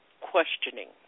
Questioning